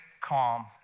calm